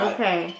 Okay